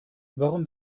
warum